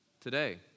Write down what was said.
today